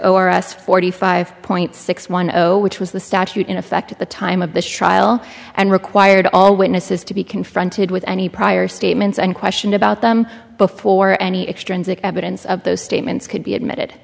our us forty five point six one zero which was the statute in effect at the time of this trial and required all witnesses to be confronted with any prior statements and question about them before any extensive evidence of those statements could be admitted